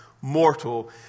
mortal